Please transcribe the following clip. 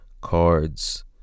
cards